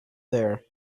there